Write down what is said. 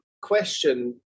question